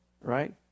Right